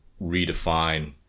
redefine